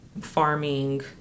farming